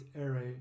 array